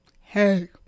Hey